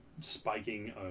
spiking